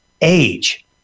age